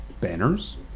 banners